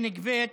שנגבית